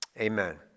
Amen